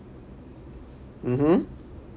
mmhmm